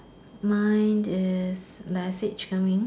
mine is like I said chicken wing